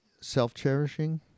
self-cherishing